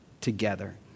together